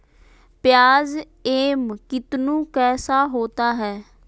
प्याज एम कितनु कैसा होता है?